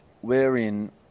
wherein